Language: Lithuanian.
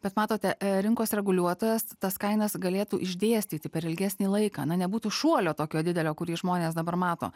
bet matote rinkos reguliuotojas tas kainas galėtų išdėstyti per ilgesnį laiką nebūtų šuolio tokio didelio kurį žmonės dabar mato